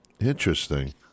interesting